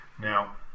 now